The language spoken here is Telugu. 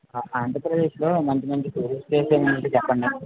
ఆ ఆంధ్రప్రదేశ్లో మంచి మంచి టూరిస్ట్ ప్లేసెస్ ఏమైనా ఉంటే చెప్పండి